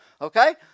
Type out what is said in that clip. Okay